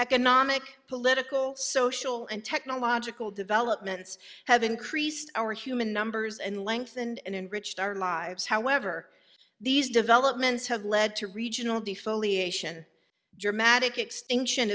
economic political social and technological developments have increased our human numbers and lengthened and enrich our lives however these developments have led to regional defoliation dramatic extinction